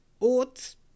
oats